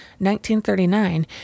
1939